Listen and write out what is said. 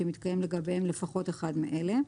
שמתקיים לגביהם לפחות אחד מאלה.